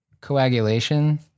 Coagulation